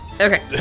Okay